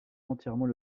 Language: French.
entièrement